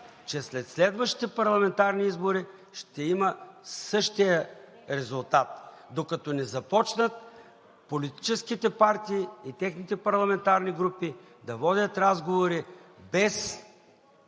че след следващите парламентарни избори ще има същия резултат, докато не започнат политическите партии и техните парламентарни групи да водят разговори без